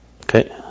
Okay